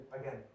again